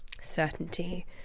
certainty